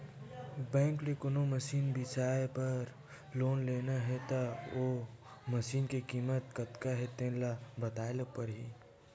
bank ले कोनो machine बिसाए बर लोन लेना हे त ओ मसीनी के कीमत कतका हे तेन ल बताए ल परही